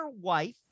wife